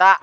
ᱫᱟᱜ